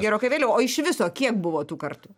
gerokai vėliau o iš viso kiek buvo tų kartų